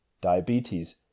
diabetes